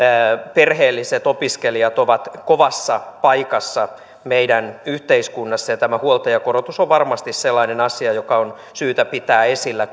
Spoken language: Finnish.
perheelliset opiskelijat ovat kovassa paikassa meidän yhteiskunnassamme ja tämä huoltajakorotus on varmasti sellainen asia joka on syytä pitää esillä